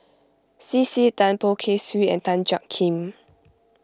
C C Tan Poh Kay Swee and Tan Jiak Kim